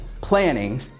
planning